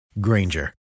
Granger